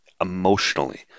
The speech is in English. emotionally